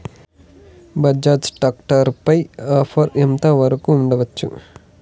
Bajaj tractor పై offer ఎంత వరకు ఉండచ్చు?